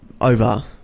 over